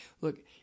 look